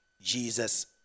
Jesus